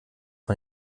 man